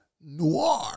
noir